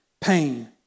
pain